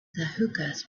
hookahs